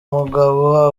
mugabo